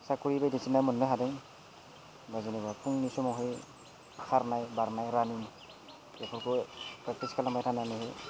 साख्रि बायदिसिना मोननो हादों बा जेनेबा फुंनि समावहाय खारनाय बारनाय रानिं बेफोरखौ प्रेक्टिस खालामबाय थानानै